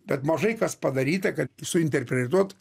bet mažai kas padaryta kad su interpretuot